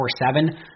24-7